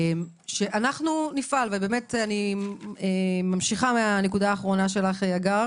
אני ממשיכה מהנקודה האחרונה שלך הגר